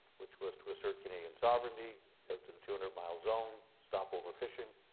which was to assert canadian sovereignty out to the two hundred mile zone stop overfishing,